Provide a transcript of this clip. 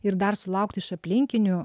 ir dar sulaukt iš aplinkinių